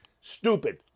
Stupid